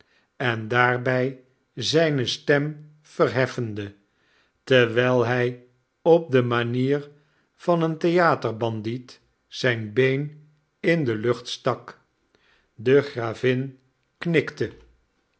en daarbij zijne stem verheffende terwijl hij op de manier van een theaterbandiet zijn been in de lucht stak de gravin knikte